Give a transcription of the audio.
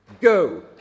Go